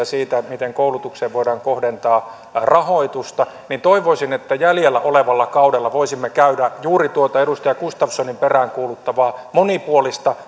siitä miten koulutukseen voidaan kohdentaa rahoitusta niin toivoisin että jäljellä olevalla kaudella voisimme käydä juuri tuota edustaja gustafssonin peräänkuuluttamaa monipuolista